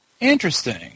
Interesting